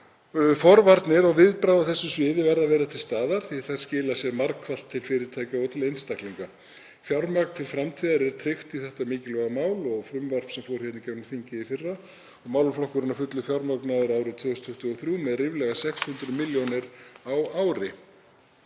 Forvarnir og viðbragð á þessu sviði verða að vera til staðar því það skilar sér margfalt til fyrirtækja og til einstaklinga. Fjármagn til framtíðar er tryggt í þetta mikilvæga mál, með frumvarpi sem fór í gegnum þingið í fyrra, og málaflokkurinn verður að fullu fjármagnaður árið 2023 með ríflega 600 milljónir á ári.